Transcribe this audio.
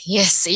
Yes